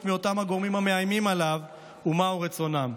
מי אותם הגורמים המאיימים עליו ומהו רצונם.